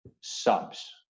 subs